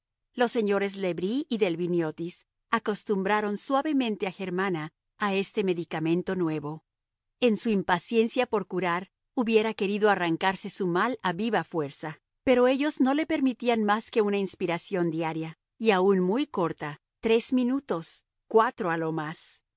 los señores le bris y delviniotis acostumbraron suavemente a germana a este medicamento nuevo en su impaciencia por curar hubiera querido arrancarse su mal a viva fuerza pero ellos no le permitían más que una inspiración diaria y aun muy corta tres minutos cuatro a lo